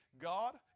God